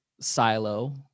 silo